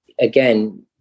Again